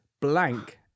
Blank